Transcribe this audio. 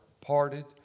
parted